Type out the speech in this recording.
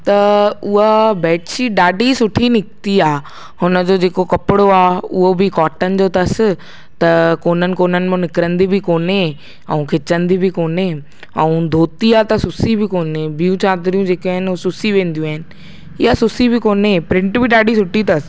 त उहा बेडशीट ॾाढी सुठी निकिती आहे हुनजो जेको कपिड़ो आहे उहो बि कॉटन जो अथसि त कोननि कोननि मां निकिरंदी बि कोन्हे ऐं खिचंदी बि कोन्हे ऐं धोती आहे त सुसी बि कोन्हे ॿियूं चादरुं जेके आहिनि उहे सुसी वेदियूं आहिनि इहा सुसी बि कोन्हे प्रिंट बि ॾाढी सुठी अथसि